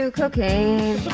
cocaine